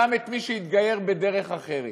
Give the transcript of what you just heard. גם את מי שהתגייר בדרך אחרת.